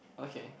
okay